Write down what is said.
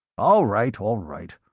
all right, all right.